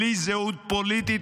בלי זהות פוליטית,